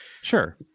sure